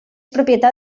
propietat